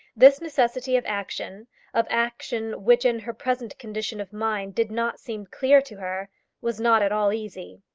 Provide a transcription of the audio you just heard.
this necessity of action of action which in her present condition of mind did not seem clear to her was not at all easy.